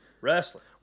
Wrestling